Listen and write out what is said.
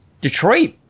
Detroit